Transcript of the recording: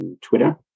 Twitter